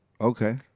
Okay